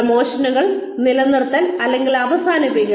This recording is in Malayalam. പ്രമോഷനുകൾ നിലനിർത്തൽ അല്ലെങ്കിൽ അവസാനിപ്പിക്കൽ